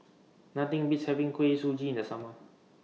Nothing Beats having Kuih Suji in The Summer